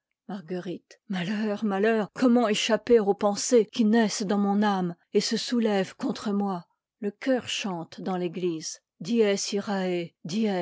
marguerite matheur malheur comment échapper aux pensées qui naissent dans mon âme et se soulèvent contre moi le choeur chante dans l'église